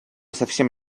совсем